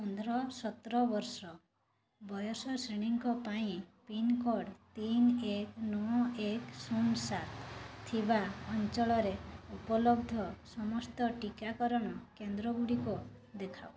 ପନ୍ଦର ସତର ବର୍ଷ ବୟସ ଶ୍ରେଣୀଙ୍କ ପାଇଁ ପିନ୍କୋଡ଼୍ ତିନି ଏକ ନଅ ଏକ୍ ଶୂନ ସାତ ଥିବା ଅଞ୍ଚଳରେ ଉପଲବ୍ଧ ସମସ୍ତ ଟିକାକରଣ କେନ୍ଦ୍ରଗୁଡ଼ିକ ଦେଖାଅ